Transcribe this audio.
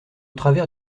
travers